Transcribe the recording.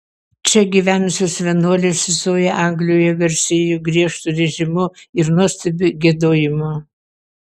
čia gyvenusios vienuolės visoje anglijoje garsėjo griežtu režimu ir nuostabiu giedojimu